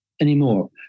anymore